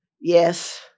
Yes